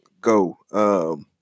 Go